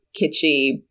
kitschy